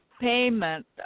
payment